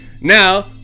Now